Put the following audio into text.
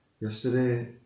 yesterday